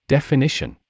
Definition